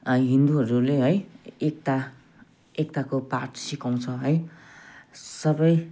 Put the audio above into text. हिन्दूहरूले है एकता एकताको पाठ सिकाउँछ है सबै